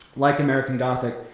like american gothic,